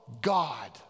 God